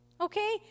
Okay